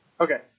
Okay